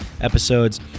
episodes